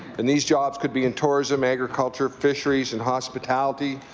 and these jobs could be in tourism, agriculture, fisheries and hospitality,